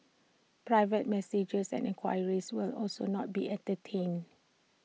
private messages and enquiries will also not be entertained